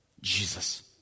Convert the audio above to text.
Jesus